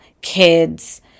kids